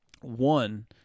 One